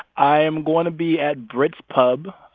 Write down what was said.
i am going to be at brit's pub,